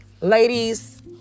ladies